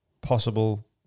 possible